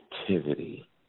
activity